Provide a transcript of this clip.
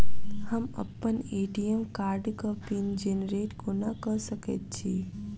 हम अप्पन ए.टी.एम कार्डक पिन जेनरेट कोना कऽ सकैत छी?